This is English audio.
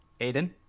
Aiden